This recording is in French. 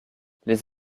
les